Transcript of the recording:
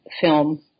film